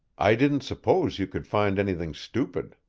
i didn't suppose you could find anything stupid,